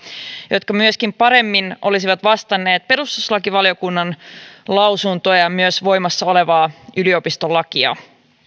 jotka myöskin paremmin olisivat vastanneet perustuslakivaliokunnan lausuntoa ja myös voimassa olevaa yliopistolakia